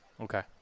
Okay